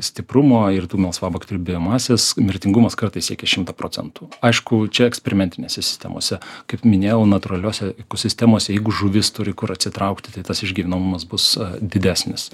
stiprumo ir tų melsvabakterių biomasės mirtingumas kartais iki šimto procentų aišku čia eksperimentinėse sistemose kaip minėjau natūraliose ekosistemose jeigu žuvis turi kur atsitraukti tai tas išgyvenamumas bus didesnis